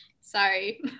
sorry